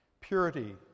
purity